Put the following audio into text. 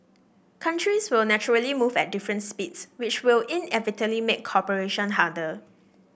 countries will naturally move at different speeds which will inevitably make cooperation harder